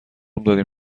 دادیم